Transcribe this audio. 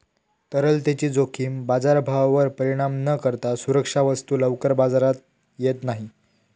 तरलतेची जोखीम बाजारभावावर परिणाम न करता सुरक्षा वस्तू लवकर बाजारात येत नाही